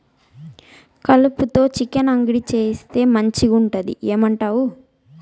కలుపతో చికెన్ అంగడి చేయిస్తే మంచిగుంటది ఏమంటావు